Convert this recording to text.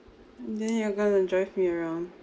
then you're going to drive me around